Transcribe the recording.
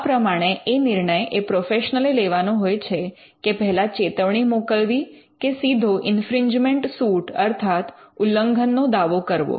આ પ્રમાણે એ નિર્ણય એ પ્રોફેશનલ એ લેવાનો હોય છે કે પહેલાં ચેતવણી મોકલવી કે સીધો ઇન્ફ્રિંજમેન્ટ સૂટ અર્થાત ઉલ્લંઘનનો દાવો કરવો